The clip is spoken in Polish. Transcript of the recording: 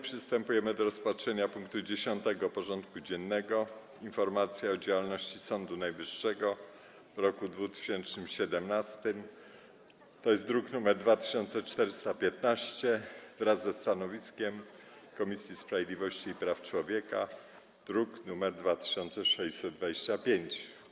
Przystępujemy do rozpatrzenia punktu 10. porządku dziennego: Informacja o działalności Sądu Najwyższego w roku 2017 (druk nr 2415) wraz ze stanowiskiem Komisji Sprawiedliwości i Praw Człowieka (druk nr 2625)